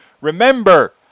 remember